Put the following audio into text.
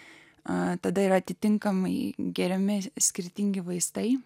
a tada ir atitinkamai geriami skirtingi vaistai